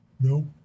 no